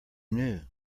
knew